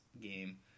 game